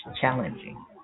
challenging